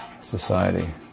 society